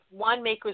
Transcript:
winemakers